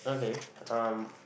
okay um